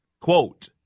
Quote